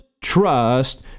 trust